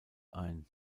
ein